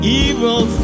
evil